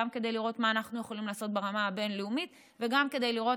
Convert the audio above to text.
גם כדי לראות מה אנחנו יכולים לעשות ברמה הבין-לאומית וגם כדי לראות